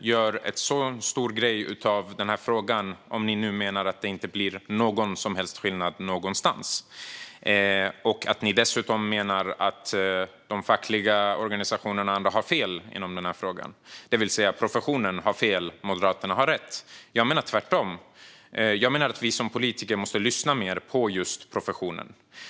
gör en så stor grej av denna fråga, om ni nu menar att det inte blir någon som helst skillnad någonstans och att de fackliga organisationerna och andra dessutom har fel i denna fråga, det vill säga att professionen har fel och Moderaterna rätt. Jag menar tvärtom. Jag menar att vi som politiker måste lyssna mer på professionen.